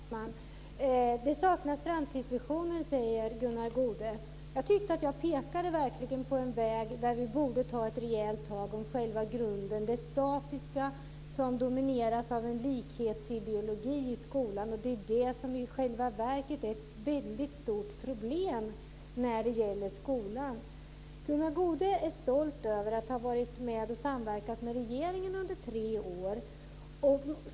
Fru talman! Det saknas framtidsvisioner, säger Gunnar Goude. Jag tyckte att jag pekade på en väg där vi borde ta ett rejält tag om själva grunden, dvs. det statiska som domineras av en likhetsideologi i skolan. Det är det som i själva verket är ett stort problem när det gäller skolan. Gunnar Goude är stolt över att ha varit med och samverkat med regeringen under tre år.